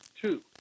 Two